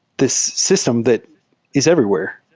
this system that is everywhere.